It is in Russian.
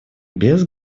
без